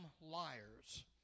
liars